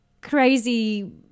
crazy